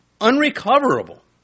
unrecoverable